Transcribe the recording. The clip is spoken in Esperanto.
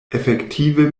efektive